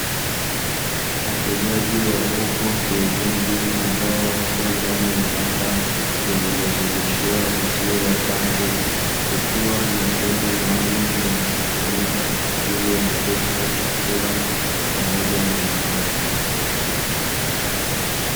Ufugaji wa kuku wa kienyeji ambao wapo ndani ya banda lililozungushiwa uzio wa bati, kukiwa na vyombo maalumu vinavyotumika kwa ajili ya malisho ya chakula pamoja na maji.